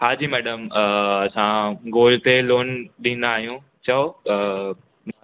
हाजी madam अ असां gold ते लोन ॾींदा आहियूं चओ